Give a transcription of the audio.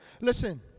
Listen